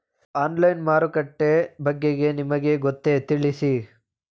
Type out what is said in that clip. Online ಮಾರುಕಟ್ಟೆ ಬಗೆಗೆ ನಿಮಗೆ ಗೊತ್ತೇ? ತಿಳಿಸಿ?